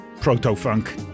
proto-funk